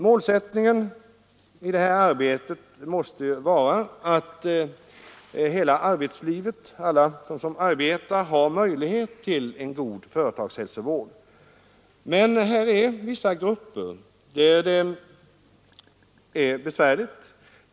Målsättningen i det arbetet måste vara att alla som arbetar skall ha tillgång till en god företagshälsovård. Men här finns vissa grupper som har det besvärligt.